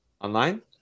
online